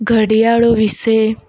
ઘડિયાળો વિષે